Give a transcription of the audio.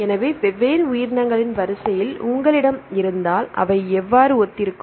எனவே வெவ்வேறு உயிரினங்களின் வரிசைகள் உங்களிடம் இருந்தால் அவை எவ்வாறு ஒத்திருக்கும்